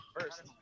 First